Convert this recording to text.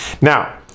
Now